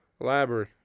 Library